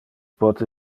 pote